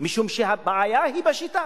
משום שהבעיה היא בשיטה,